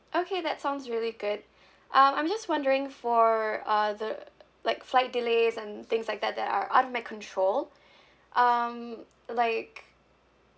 okay that sounds really good um I'm just wondering for uh the like flight delays and things like that that are out of my control um like